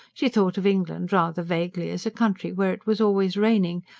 she thought of england rather vaguely as a country where it was always raining,